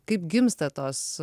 kaip gimsta tos